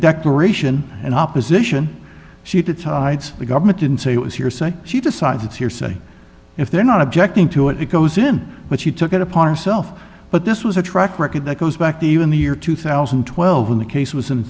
declaration and opposition she did sides the government didn't say it was hearsay she decides it's hearsay if they're not objecting to it it goes in but she took it upon herself but this was a track record that goes back to even the year two thousand and twelve when the case was in